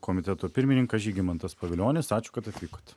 komiteto pirmininkas žygimantas pavilionis ačiū kad atvykot